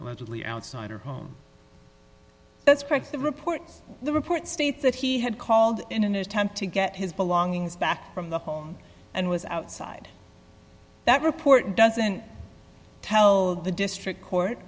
allegedly outside her home that's correct the report the report states that he had called in an attempt to get his belongings back from the home and was outside that report doesn't tell the district court